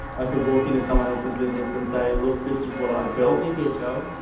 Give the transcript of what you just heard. i could walk into someone else's business and say, look, this is what i built a pho.